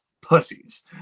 pussies